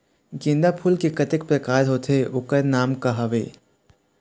गेंदा फूल के कतेक प्रकार होथे ओकर नाम का हवे?